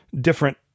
different